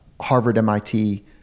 Harvard-MIT